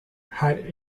had